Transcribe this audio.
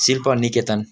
शिल्प निकेतन